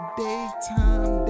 daytime